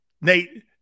Nate